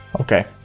okay